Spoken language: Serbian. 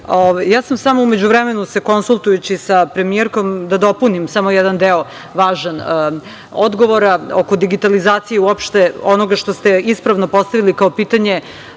samo, u međuvremenu se konsultujući sa premijerkom, da dopunim jedan deo važnog odgovora oko digitalizacije i uopšte onoga što ste ispravno postavili kao pitanje.